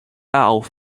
auf